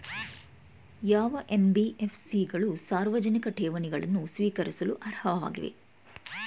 ಯಾವ ಎನ್.ಬಿ.ಎಫ್.ಸಿ ಗಳು ಸಾರ್ವಜನಿಕ ಠೇವಣಿಗಳನ್ನು ಸ್ವೀಕರಿಸಲು ಅರ್ಹವಾಗಿವೆ?